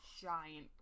giant